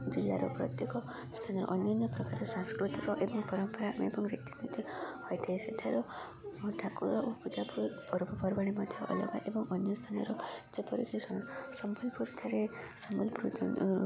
ଜିଲ୍ଲାର ପ୍ରତ୍ୟେକ ସ୍ଥାନରେ ଅନ୍ୟାନ୍ୟ ପ୍ରକାର ସାଂସ୍କୃତିକ ଏବଂ ପରମ୍ପରା ଏବଂ ରୀତିନୀତି ହୋଇଥାଏ ସେଠାର ଠାକୁର ଓ ପୂଜା ପର୍ବପର୍ବାଣି ମଧ୍ୟ ଅଲଗା ଏବଂ ଅନ୍ୟ ସ୍ଥାନର ଯେପରିକି ସମ୍ବଲପୁୁର